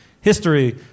history